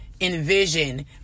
envision